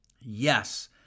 Yes